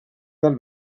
peal